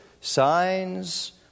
signs